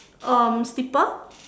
um slipper